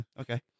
okay